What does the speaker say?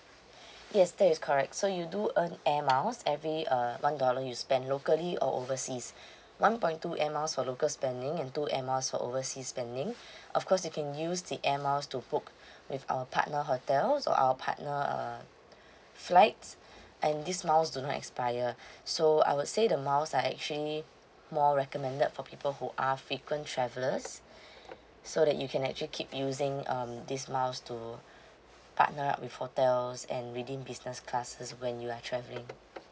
yes that is correct so you do earn air miles every uh one dollar you spend locally or overseas one point two air miles for local spending and two air miles for overseas spending of course you can use the air miles to book with our partner hotel so our partner uh flights and this miles don't expire so I would say the miles like actually more recommended for people who are frequent travellers so that you can actually keep using um this miles to partner up with hotels and redeem business classes when you are travelling